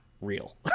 real